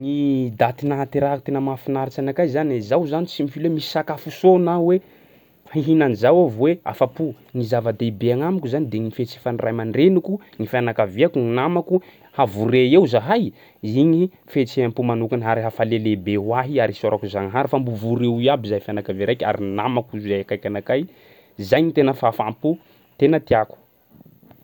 Ny daty nahaterahako tena mahafinaritsy anakay zany e zaho zany tsy mifily hoe misy sakafo soa na hoe hihina an'zao aho vao hoe afa-po. Ny zava-dehibe agnamiko zany de gny fetsifan'ny ray aman-drenik, ny fianakaviako, gny namako; havore eo zahay, iny fietseham-po manokana ary hafalia lehibe ho ahy ary isaorako Zagnahary fa mbo vory eo iaby zahay fianakavia araiky ary ny namako zay akaiky anakay, zay ny tena fahafaham-po tena tiàko.